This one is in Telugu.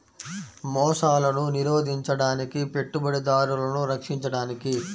మోసాలను నిరోధించడానికి, పెట్టుబడిదారులను రక్షించడానికి